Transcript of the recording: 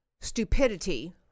stupidity